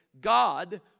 God